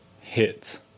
hit